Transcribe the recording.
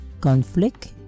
conflict